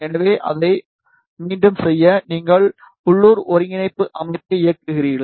எனவே அதை மீண்டும் செய்ய நீங்கள் உள்ளூர் ஒருங்கிணைப்பு அமைப்பை இயக்குகிறீர்கள்